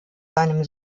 seinem